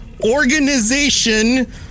organization